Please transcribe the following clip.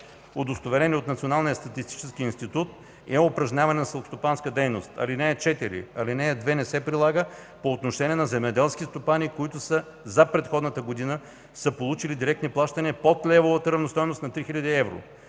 удостоверени от Националния статистически институт, е упражняване на селскостопанска дейност. (4) Алинея 2 не се прилага по отношение на земеделски стопани, които за предходната година са получили директни плащания под левовата равностойност на 3000 евро.